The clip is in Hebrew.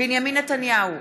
בנימין נתניהו,